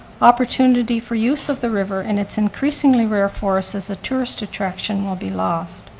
opportunity for use of the river and it's increasingly rare for us as a tourist attraction will be lost.